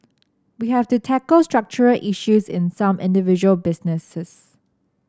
we have to tackle structural issues in some individual businesses